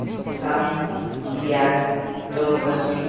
Assam Bihar Jammu Kashmir